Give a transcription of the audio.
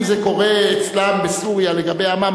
אם זה קורה אצלם בסוריה לגבי עמם,